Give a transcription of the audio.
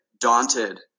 daunted